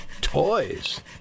Toys